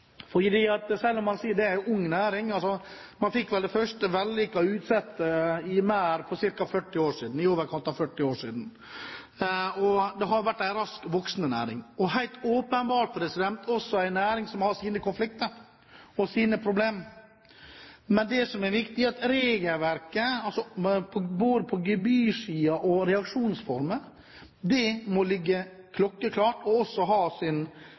selv om man sier at det er en ung næring – man fikk vel det første vellykkede utsettet i merd for i overkant av 40 år siden, og det har vært en raskt voksende næring, og helt åpenbart også en næring som har sine konflikter og sine problemer – er det viktig at regelverket, både på gebyrsiden og når det gjelder reaksjonsformer, er klokkeklart, og også har, jeg holdt på å si, sin